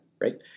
right